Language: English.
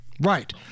Right